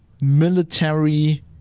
military